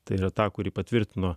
tai yra ta kuri patvirtino